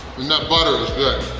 and that butter is good!